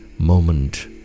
moment